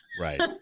right